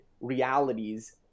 realities